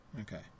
Okay